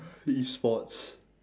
e-sports